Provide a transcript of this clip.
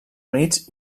units